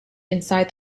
inside